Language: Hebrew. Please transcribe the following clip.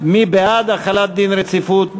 מי בעד החלת דין רציפות?